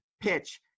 PITCH